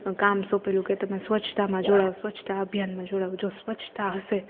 કામ સોંપેલું કે તમે સ્વચ્છતામાં જોડાવ સ્વચ્છતા અભિયાન જોડાવ જો સ્વચ્છતા હશે